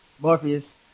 Morpheus